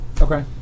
Okay